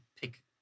pick